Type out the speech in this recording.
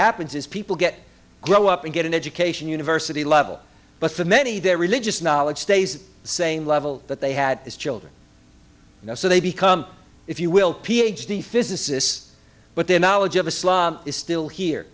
happens is people get grow up and get an education university level but the many their religious knowledge stays the same level that they had as children now so they become if you will ph d physicists but their knowledge of islam is still here